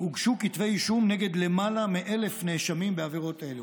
כתבי אישום נגד למעלה מ-1,000 נאשמים בעבירות אלה.